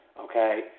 Okay